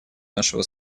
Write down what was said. нашего